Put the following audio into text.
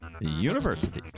University